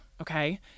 Okay